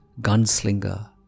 gunslinger